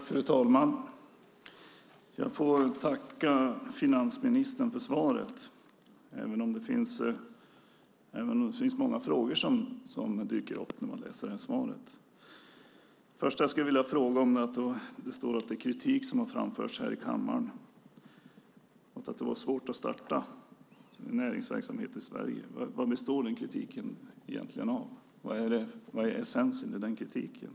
Fru talman! Jag får tacka finansministern för svaret, även om många frågor dyker upp när man läser det. Det första jag skulle vilja fråga om är att det ska ha framförts kritik här i kammaren mot att det varit svårt att starta näringsverksamhet i Sverige. Vad består den kritiken egentligen av? Vad är essensen i den kritiken?